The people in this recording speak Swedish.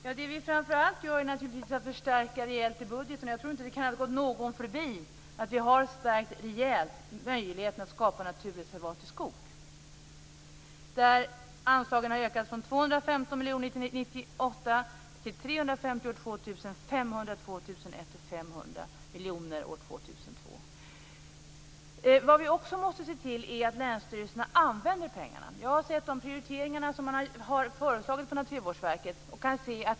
Herr talman! Framför allt gör vi rejäla förstärkningar i budgeten. Jag tror inte att det kan ha gått någon förbi att vi rejält har förstärkt möjligheterna att skapa naturreservat i skog. Anslagen har ökat från Vad vi också måste se till är att länsstyrelserna använder pengarna. Jag har sett de prioriteringar man har föreslagit på Naturvårdsverket.